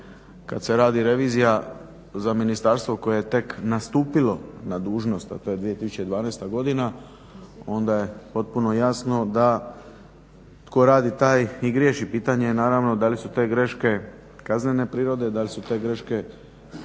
kad se radi revizija za ministarstvo koje je tek nastupilo na dužnost, a to je 2012. godina, onda je potpuno jasno da tko radi taj i griješi. Pitanje je naravno da li su te greške kaznene prirode, da li su te greške